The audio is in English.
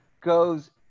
goes